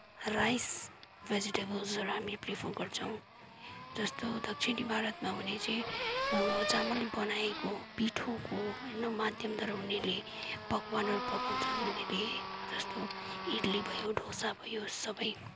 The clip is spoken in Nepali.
राइस भेजिटेबल्सहरू हामी प्रिफर गर्छौँ जस्तो दक्षिणी भारतमा हो भने चाहिँ चामलले बनाएको पिठोको होइन माध्यमद्वारा उनीहरूले पकवानहरू पकाउँछन् उनीहरूले जस्तो इडली भयो डोसा भयो सबै